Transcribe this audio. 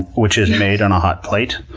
which is made on a hot plate.